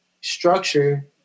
structure